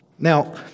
Now